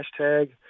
hashtag